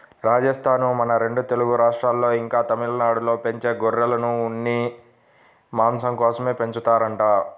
రాజస్థానూ, మన రెండు తెలుగు రాష్ట్రాల్లో, ఇంకా తమిళనాడులో పెంచే గొర్రెలను ఉన్ని, మాంసం కోసమే పెంచుతారంట